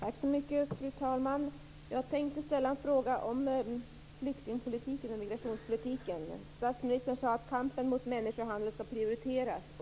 Fru talman! Jag tänkte ställa en fråga om flyktingpolitiken, migrationspolitiken. Statsministern sade att kampen mot människohandeln ska prioriteras.